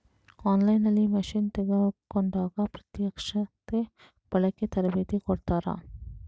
On line ನಲ್ಲಿ machine ತೆಕೋಂಡಾಗ ಪ್ರತ್ಯಕ್ಷತೆ, ಬಳಿಕೆ, ತರಬೇತಿ ಕೊಡ್ತಾರ?